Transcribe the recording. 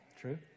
True